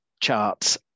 charts